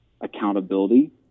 accountability